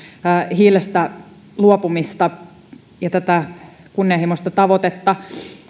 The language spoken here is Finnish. hiilestä luopumista ja tätä kunnianhimoista tavoitetta